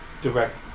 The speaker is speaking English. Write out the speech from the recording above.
direct